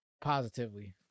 positively